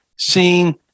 seeing